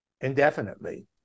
indefinitely